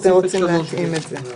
נתאים את זה.